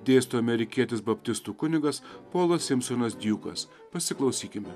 dėsto amerikietis baptistų kunigas polas simsonas djukas pasiklausykime